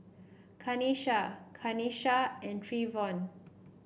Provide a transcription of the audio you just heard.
Kanesha Kanesha and Treyvon